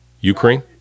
ukraine